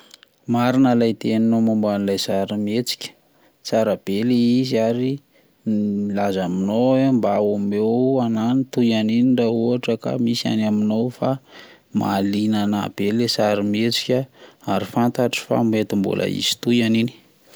Marina ilay teninao momban'ilay sarimihetsika, tsara be le izy, ary milaza aminao aho mba omeo anahy ny tohan'iny raha ohatra ka misy any aminao fa mahalina anahy be ilay sarimihetsika, ary fantatro fa mety mbola hisy tohany iny.